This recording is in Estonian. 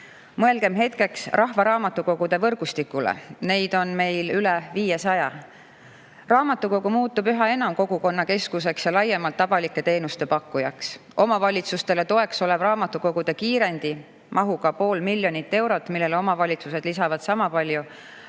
Mõelgem hetkeks rahvaraamatukogude võrgustikule. Neid on meil üle 500. Raamatukogu muutub üha enam kogukonnakeskuseks ja laiemalt avalike teenuste pakkujaks. Omavalitsustele toeks olev raamatukogude kiirendi, mahuga pool miljonit eurot, millele omavalitsused lisavad sama palju,